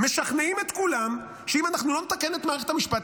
משכנעים את כולם שאם אנחנו לא נתקן את מערכת המשפט,